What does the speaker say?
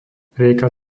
rieka